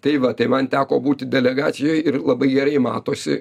tai va tai man teko būti delegacijoj ir labai gerai matosi